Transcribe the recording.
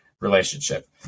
relationship